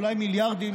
אולי מיליארדים,